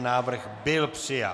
Návrh byl přijat.